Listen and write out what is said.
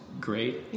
great